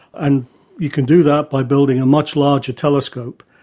and you can do that by building a much larger telescope.